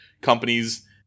companies